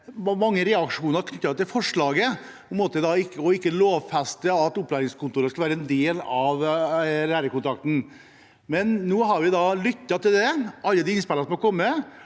Norge 2023 knyttet til forslaget om ikke å lovfeste at opplæringskontorene skal være en del av lærekontrakten. Men nå har vi lyttet til alle de innspillene som har kommet,